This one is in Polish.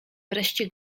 wreszcie